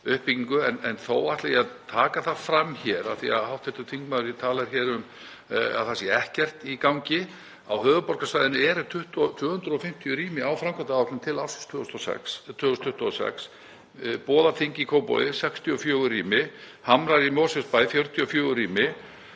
En þó ætla ég að taka það fram hér, af því að hv. þingmaður talar um að það sé ekkert í gangi, að á höfuðborgarsvæðinu eru 250 rými á framkvæmdaáætlun til ársins 2026. Boðaþing í Kópavogi 64 rými, Hamrar í Mosfellsbæ 44 rými,